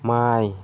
माइ